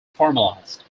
formalised